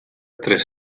tres